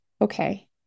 okay